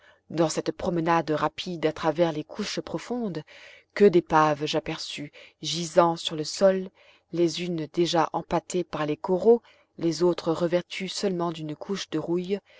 dans cette promenade rapide à travers les couches profondes que d'épaves j'aperçus gisant sur le sol les unes déjà empâtées par les coraux les autres revêtues seulement d'une couche de rouille